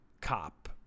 cop